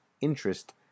interest